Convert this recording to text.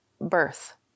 birth